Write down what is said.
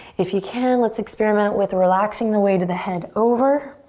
if you can, let's experiment with relaxing the weight of the head over.